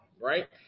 Right